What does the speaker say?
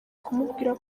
kumubwira